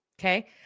Okay